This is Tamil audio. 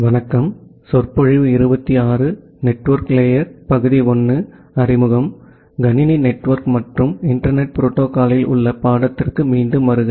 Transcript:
கம்ப்யூட்டர் நெட்வொர்க் மற்றும் இன்டர்நெட் புரோட்டோகால்களில் உள்ள பாடத்திற்கு மீண்டும் வருக